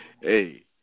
Hey